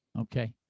Okay